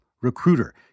Recruiter